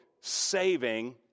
saving